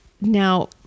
now